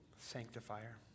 Sanctifier